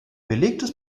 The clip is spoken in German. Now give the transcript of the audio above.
belegtes